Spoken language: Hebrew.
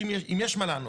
אם יש מה לענות.